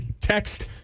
Text